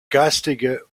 geistige